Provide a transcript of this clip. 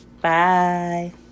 Bye